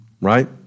Right